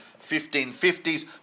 1550s